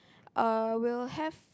uh will have